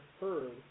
heard